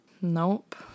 Nope